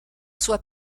sua